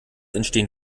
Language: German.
entstehen